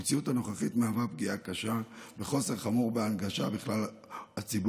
המציאות הנוכחית מהווה פגיעה קשה וחוסר חמור בהנגשה לכלל הציבור,